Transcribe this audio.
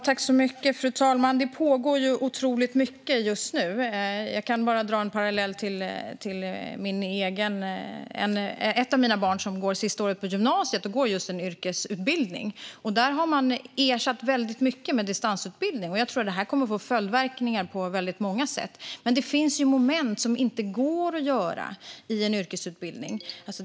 Fru talman! Det pågår otroligt mycket just nu. Jag kan dra en parallell till ett av mina barn, som går sista året på gymnasiet just på en yrkesutbildning. Där har man ersatt mycket med distansutbildning. Jag tror att detta kommer att få följdverkningar på många sätt, men det finns moment i en yrkesutbildning som inte går att göra på distans.